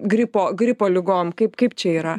gripo gripo ligom kaip kaip čia yra